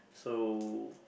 so